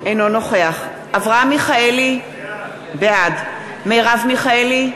אינו נוכח אברהם מיכאלי, בעד מרב מיכאלי,